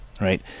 right